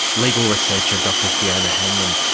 legal researcher, dr fiona hanlon.